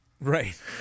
Right